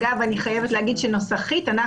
שאגב אני חייבת להגיד שנוסחית אנחנו